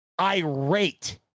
irate